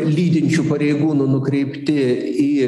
lydinčių pareigūnų nukreipti į